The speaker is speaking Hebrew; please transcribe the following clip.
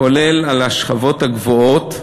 כולל על השכבות הגבוהות,